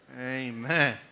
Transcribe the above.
Amen